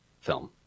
film